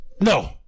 No